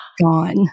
Gone